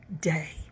day